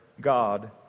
God